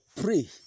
pray